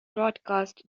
broadcast